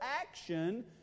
action